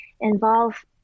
involve